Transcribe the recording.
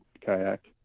kayak